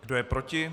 Kdo je proti?